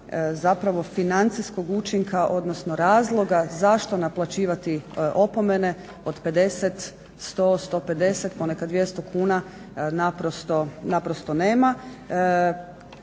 zapravo financijskog učinka odnosno razloga zašto naplaćivati opomene od 50, 100, 150, ponekad 200 kuna naprosto nema.